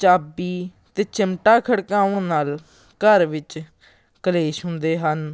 ਚਾਬੀ ਅਤੇ ਚਿਮਟਾ ਖੜਕਾਉਣ ਨਾਲ ਘਰ ਵਿੱਚ ਕਲੇਸ਼ ਹੁੰਦੇ ਹਨ